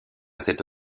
cette